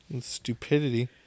stupidity